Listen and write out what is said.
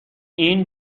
این